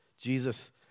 Jesus